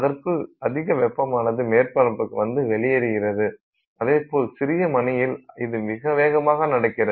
அதற்குள் அதிக வெப்பமானது மேற்பரப்புக்கு வந்து வெளியேறுகிறது அதே போல் சிறிய மணியில் இது மிக வேகமாக நடக்கிறது